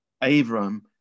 Abram